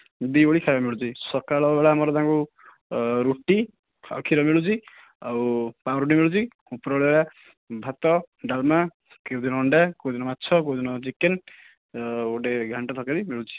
ଦୁଇ ଓଳି ଖାଇବା ମିଳୁଛି ସକାଳ ଓଳା ଆମର ତାଙ୍କୁ ରୁଟି ଆଉ କ୍ଷୀର ମିଳୁଛି ଆଉ ପାଉଁରୁଟି ମିଳୁଛି ଉପରବେଳା ଭାତ ଡାଲମା କେଉଁଦିନ ଅଣ୍ଡା କେଉଁଦିନ ମାଛ କେଉଁଦିନ ଚିକେନ ଗୋଟେ ଘାଣ୍ଟ ତରକାରୀ ମିଳୁଛି